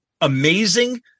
amazing